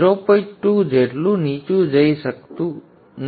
2 જેટલું નીચું જઈ શકે છે